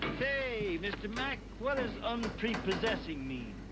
say, mr. mac, what does unprepossessing mean?